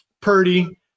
Purdy